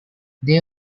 they